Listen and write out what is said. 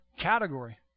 category